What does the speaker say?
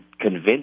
convince